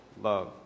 love